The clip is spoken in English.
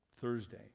Thursday